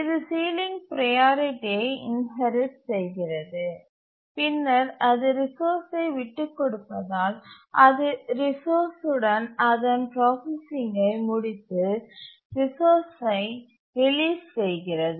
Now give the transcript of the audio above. இது ceiling priority யைப் inherit செய்கிறது பின்னர் அது ரிசோர்சை விட்டுக்கொடுப்பதால் அது ரிசோர்ஸ் உடன் அதன் ப்ராசசிங்கை முடித்து ரிசோர்சை ரிலீஸ் செய்கிறது